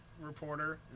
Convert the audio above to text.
reporter